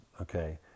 okay